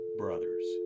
brothers